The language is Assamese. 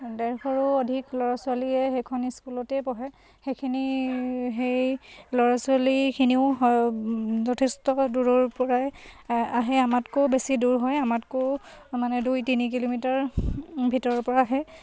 ডেৰশৰো অধিক ল'ৰা ছোৱালীয়ে সেইখন স্কুলতেই পঢ়ে সেইখিনি সেই ল'ৰা ছোৱালীখিনিও যথেষ্ট দূৰৰপৰাই আহে আমাতকৈও বেছি দূৰ হয় আমাতকৈও মানে দুই তিনি কিলোমিটাৰ ভিতৰৰপৰা আহে